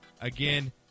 again